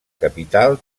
capital